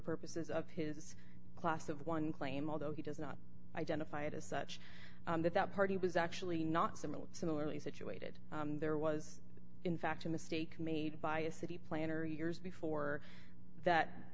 purposes of his class of one claim although he does not identify it as such that that party was actually not similar similarly situated there was in fact a mistake made by a city planner years before that